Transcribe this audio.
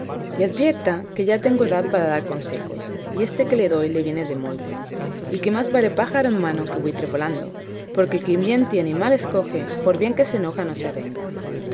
y advierta que ya tengo edad para dar consejos y que este que le doy le viene de molde y que más vale pájaro en mano que buitre volando porque quien bien tiene y mal escoge por bien que se enoja no se venga